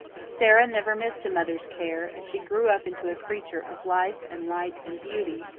sara never missed a mother's care, and she grew up into a creature of life and light and beauty,